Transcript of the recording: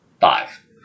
five